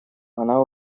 она